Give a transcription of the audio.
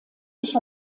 sich